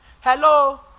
Hello